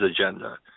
agenda